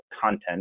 content